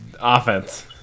Offense